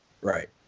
right